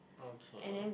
okay